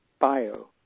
bio